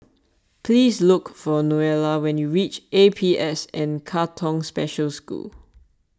please look for Neola when you reach A P S N Katong Special School